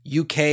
UK